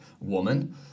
woman